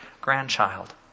grandchild